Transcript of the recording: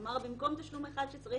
כלומר במקום תשלום אחד שצריך,